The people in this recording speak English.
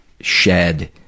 shed